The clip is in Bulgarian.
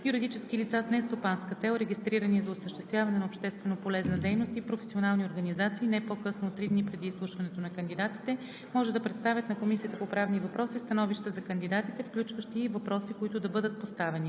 със Закона за защита на личните данни и Закона за защита на класифицираната информация. 2. Юридически лица с нестопанска цел, регистрирани за осъществяване на общественополезна дейност и професионални организации, не по-късно от три дни преди изслушването на кандидатите